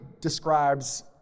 describes